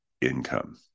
income